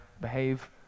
behave